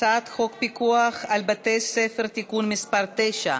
הצעת חוק פיקוח על בתי-ספר (תיקון מס' 9),